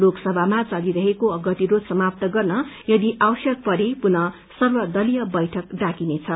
लोकसभामा चलिरहेको गतिरोध समाप्त गर्न यदि आवश्यक परे पुनः सर्वदलीय बैठक डाकिनेछ